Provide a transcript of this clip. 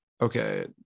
Okay